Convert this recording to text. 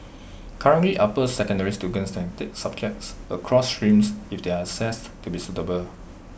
currently upper secondary students can take subjects across streams if they are assessed to be suitable